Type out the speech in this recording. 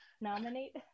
Nominate